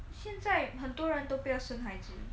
现在很多人都不要生孩子